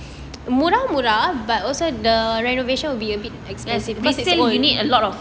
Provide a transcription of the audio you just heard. resale you need a lot of